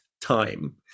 time